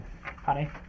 Honey